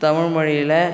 தமிழ்மொழியில்